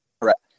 correct